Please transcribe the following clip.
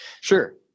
Sure